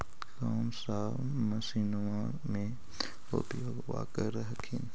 कौन सा मसिन्मा मे उपयोग्बा कर हखिन?